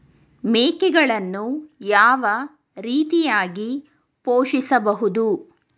ಮೇಕೆಗಳನ್ನು ಯಾವ ರೀತಿಯಾಗಿ ಪೋಷಿಸಬಹುದು?